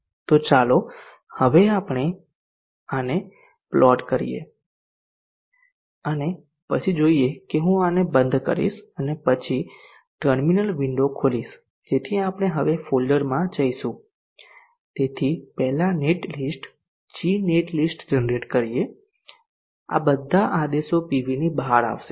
તો ચાલો હવે આપણે આને કાવતરું કરીએ અને પછી જોઈએ કે હું આને બંધ કરીશ અને પછી ટર્મિનલ વિંડો ખોલીશ જેથી આપણે હવે ફોલ્ડરમાં જઈશું તેથી પહેલા net list g netlist generate કરીએ આ બધા આદેશો પીવીની બહાર આવશે